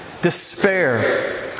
despair